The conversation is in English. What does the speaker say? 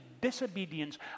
disobedience